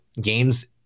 games